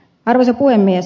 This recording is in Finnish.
arvoisa puhemies